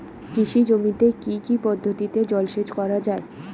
কৃষি জমিতে কি কি পদ্ধতিতে জলসেচ করা য়ায়?